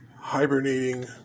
hibernating